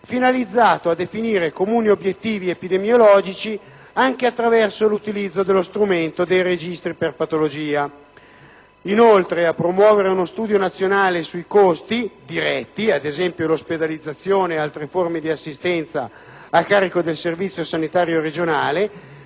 finalizzato a definire comuni obiettivi epidemiologici anche attraverso l'utilizzo dello strumento dei registri di patologia; a promuovere uno studio nazionale sui costi diretti (ospedalizzazione ed altre forme di assistenza a carico del Servizio sanitario nazionale),